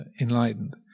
enlightened